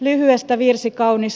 lyhyestä virsi kaunis